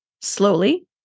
slowly